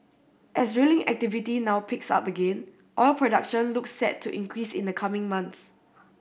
as drilling activity now picks up again oil production looks set to increase in the coming months